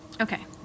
Okay